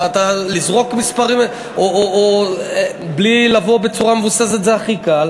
לזרוק מספרים או בלי לבוא בצורה מבוססת זה הכי קל.